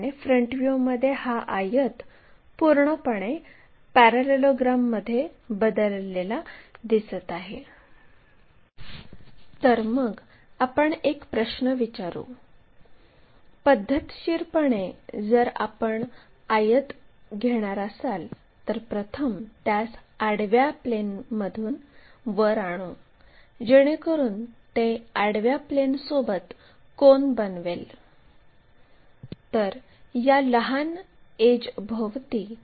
front view आणि top व्ह्यूमध्ये दोन्ही लाईन PQ आणि QR या 120 डिग्रीचा कोन बनवतात